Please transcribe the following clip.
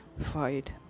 fight